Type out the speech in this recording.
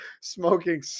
smoking